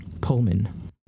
Pullman